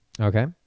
Okay